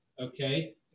okay